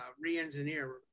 re-engineer